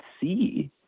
see